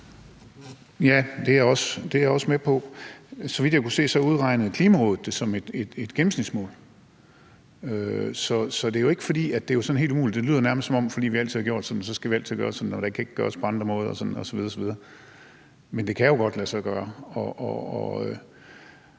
Ja, det er jeg også med på. Så vidt jeg kunne se, udregnede Klimarådet det som et gennemsnitsmål, så det er jo ikke, fordi det sådan er helt umuligt. Det lyder nærmest sådan, at fordi vi altid har gjort sådan, skal vi altid gøre sådan, og at det ikke kan gøres på andre måder osv. osv. Men det kan jo godt lade sig gøre.